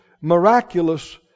miraculous